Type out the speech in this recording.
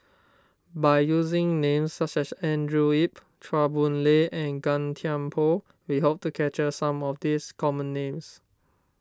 by using names such as Andrew Yip Chua Boon Lay and Gan Thiam Poh we hope to capture some of this common names